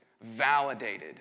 validated